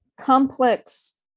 complex